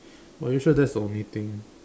are you sure that's the only thing